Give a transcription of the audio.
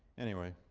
anyway.